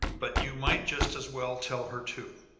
but you might just as well tell her, too.